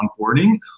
onboarding